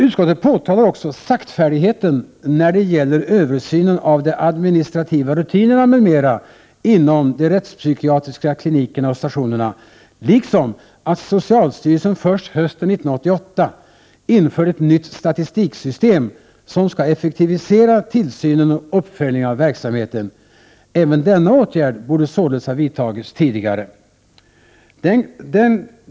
Utskottet påtalar också saktfärdigheten när det gäller översynen av de administrativa rutinerna m.m. inom de rättspsykiatriska klinikerna och stationerna, liksom att socialstyrelsen först hösten 1988 infört ett nytt statistiksystem som skall effektivisera tillsynen och uppföljningen av verksamheten. Även denna åtgärd borde således ha vidtagits tidigare.